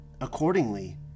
Accordingly